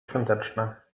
świąteczna